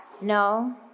No